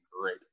great